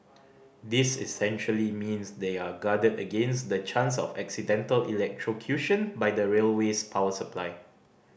this essentially means they are guarded against the chance of accidental electrocution by the railway's power supply